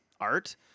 art